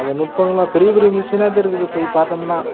அதை நுட்பங்கள்லாம் பெரிய பெரிய மிஷினாக இருக்குது போய் பார்த்தோம்னா